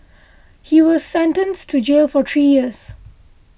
he was sentenced to jail for three years